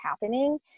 happening